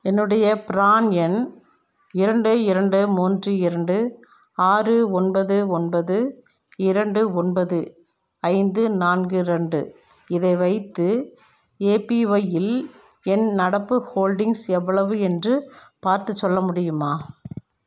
என்னுடைய ப்ரான் எண் இரண்டு இரண்டு மூன்று இரண்டு ஆறு ஒன்பது ஒன்பது இரண்டு ஒன்பது ஐந்து நான்கு இரண்டு இதை வைத்து ஏபிஒய்யில் என் நடப்பு ஹோல்டிங்ஸ் எவ்வளவு என்று பார்த்துச் சொல்ல முடியுமா